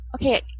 okay